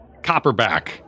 Copperback